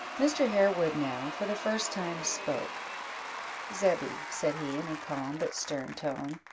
mr. harewood now, for the first time, spoke zebby, said he, in a calm but stern tone,